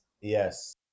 yes